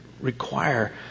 require